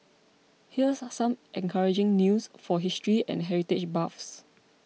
here's some encouraging news for history and heritage buffs